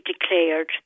declared